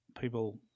people